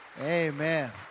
Amen